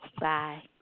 Bye